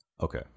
Okay